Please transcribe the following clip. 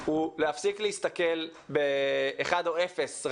זה להפסיק להסתכל באחד או אפס,